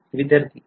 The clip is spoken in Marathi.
विध्यार्थी f